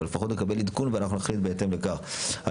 אבל לפחות נקבל עדכון ואנחנו נחליט בהתאם לכך על